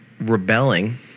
rebelling